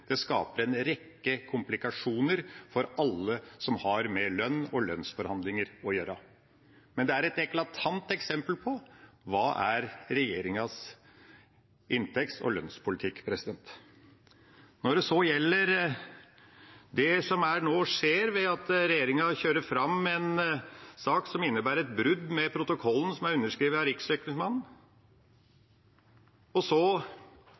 Det skaper en rekke komplikasjoner for alle som har med lønn og lønnsforhandlinger å gjøre, men det er et eklatant eksempel på hva som er regjeringas inntekts- og lønnspolitikk. Når det gjelder det som nå skjer ved at regjeringa kjører fram en sak som innebærer et brudd med protokollen, som er underskrevet av